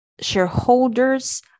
shareholders